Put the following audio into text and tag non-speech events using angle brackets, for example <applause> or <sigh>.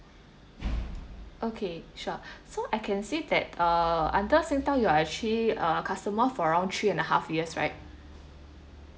okay sure <breath> so I can see that uh under Singtel you're actually a customer for around three and a half years right